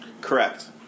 Correct